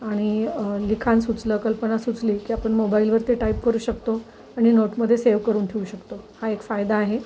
आणि लिखाण सुचलं कल्पना सुचली की आपण मोबाईलवरती टाईप करू शकतो आणि नोटमध्ये सेव्ह करून ठेवू शकतो हा एक फायदा आहे